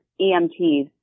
EMTs